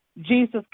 Jesus